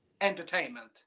entertainment